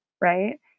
right